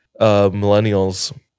millennials